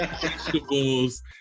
vegetables